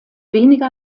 weniger